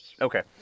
Okay